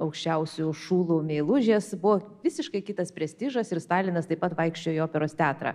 aukščiausių šulų meilužės buvo visiškai kitas prestižas ir stalinas taip pat vaikščiojo į operos teatrą